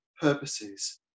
purposes